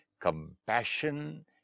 Compassion